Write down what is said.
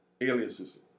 aliases